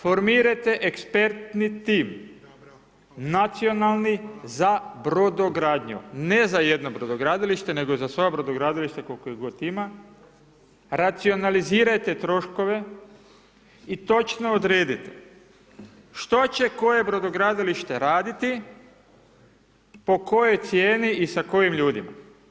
Formirajte ekspertni tim, nacionalni, za brodogradnju, ne za jedno brodogradilište, nego za sva brodogradilišta kol'ko ih god ima, racionalizirajte troškove i točno odredite što će koje brodogradilište raditi, po kojoj cijeni i sa kojim ljudima.